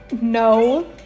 No